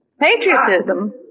Patriotism